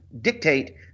dictate